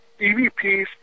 EVPs